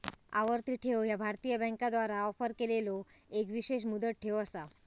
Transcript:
आवर्ती ठेव ह्या भारतीय बँकांद्वारा ऑफर केलेलो एक विशेष मुदत ठेव असा